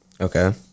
Okay